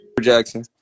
Jackson